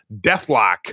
Deathlock